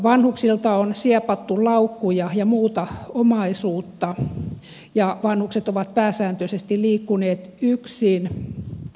vanhuksilta on siepattu laukkuja ja muuta omaisuutta ja vanhukset ovat pääsääntöisesti liikkuneet yksin